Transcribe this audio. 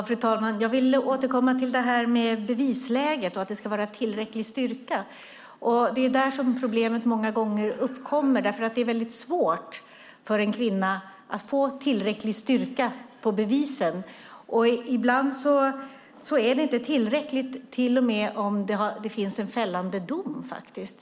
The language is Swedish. Fru talman! Jag vill återkomma till bevisläget och att det ska vara tillräcklig styrka. Det är där problemet många gånger uppkommer eftersom det är svårt för en kvinna att få tillräcklig styrka på bevisen. Ibland är det inte tillräckligt ens om det finns en fällande dom.